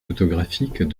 photographiques